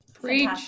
Preach